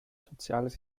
soziales